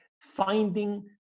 finding